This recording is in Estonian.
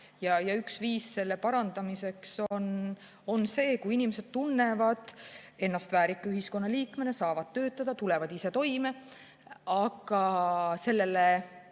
Üks viis selle parandamiseks on see, kui inimesed tunnevad ennast väärika ühiskonnaliikmena, saavad töötada, tulevad ise toime. Aga selle